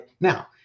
Now